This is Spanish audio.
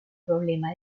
problema